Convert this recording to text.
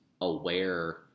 aware